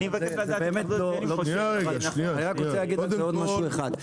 אני רק רוצה להגיד עוד משהו אחד.